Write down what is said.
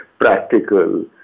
practical